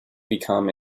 become